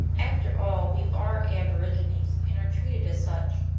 after all, we are aborigines, and are treated as such.